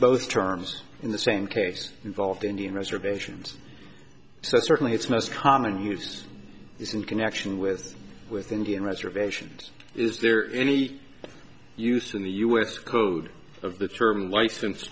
both terms in the same case involved indian reservations so certainly its most common use is in connection with with indian reservations is there any use in the us code of the term license